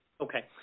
Okay